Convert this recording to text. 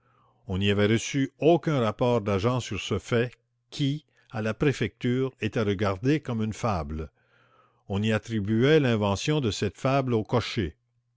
on n'y avait reçu aucun rapport d'agent sur ce fait qui à la préfecture était regardé comme une fable on y attribuait l'invention de cette fable au cocher